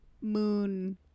Moon